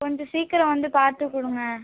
கொஞ்சம் சீக்கரம் வந்து பார்த்து கொடுங்க